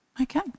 Okay